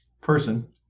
person